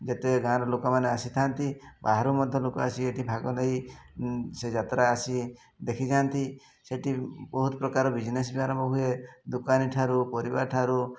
ଯେତେ ଗାଁ'ର ଲୋକମାନେ ଆସିଥାନ୍ତି ବାହାରୁ ମଧ୍ୟ ଲୋକ ଆସି ଏଠି ଭାଗ ନେଇ ସେ ଯାତ୍ରା ଆସି ଦେଖିଯାଆନ୍ତି ସେଠି ବହୁତ ପ୍ରକାର ବିଜ୍ନେସ୍ ବି ଆରମ୍ଭ ହୁଏ ଦୋକାନୀ ଠାରୁ ପରିବା ଠାରୁ